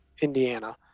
Indiana